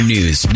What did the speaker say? News